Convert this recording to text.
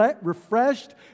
refreshed